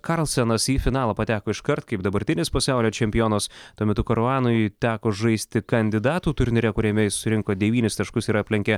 karlsenas į finalą pateko iškart kaip dabartinis pasaulio čempionas tuo metu karuanui teko žaisti kandidatų turnyre kuriame jis surinko devynis taškus ir aplenkė